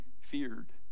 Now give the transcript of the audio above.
feared